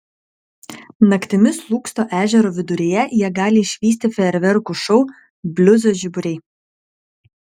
naktimis lūksto ežero viduryje jie galės išvysti fejerverkų šou bliuzo žiburiai